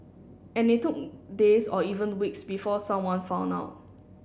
and it took days or even weeks before someone found out